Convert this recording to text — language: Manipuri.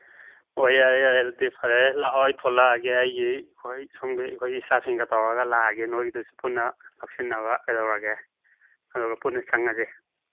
ꯍꯣꯏ ꯌꯥꯔꯦ ꯌꯥꯔꯦ ꯑꯗꯨꯗꯤ ꯐꯔꯦ ꯂꯥꯛꯑꯣ ꯑꯩ ꯊꯣꯛꯂꯛꯑꯒꯦ ꯑꯩꯒꯤ ꯁꯣꯝꯒꯤ ꯏꯁꯇꯥꯞꯁꯤꯡꯒ ꯇꯧꯔꯒ ꯂꯥꯛꯑꯒꯦ ꯅꯣꯏꯒꯤꯗꯨꯁꯨ ꯄꯨꯟꯅ ꯀꯞꯁꯤꯟꯅꯕ ꯀꯩꯗꯧꯔꯒꯦ ꯑꯗꯨꯒ ꯄꯨꯟꯅ ꯆꯪꯉꯁꯤ